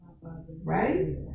Right